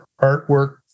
artwork